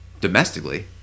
domestically